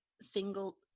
single